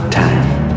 time